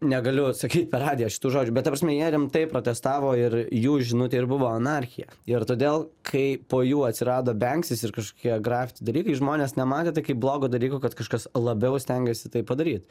negaliu sakyt per radiją šitų žodžių bet ta prasme jie rimtai protestavo ir jų žinutė ir buvo anarchija ir todėl kai po jų atsirado benksis ir kažkokie grafiti dalykai žmonės nematė tai kaip blogo dalyko kad kažkas labiau stengiasi tai padaryt